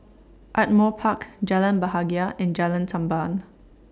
Ardmore Park Jalan Bahagia and Jalan Tamban